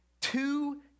two